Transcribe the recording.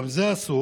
גם זה אסור,